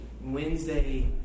Wednesday